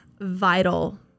vital